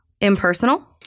Impersonal